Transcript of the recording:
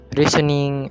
reasoning